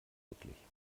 wirklich